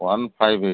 one five eight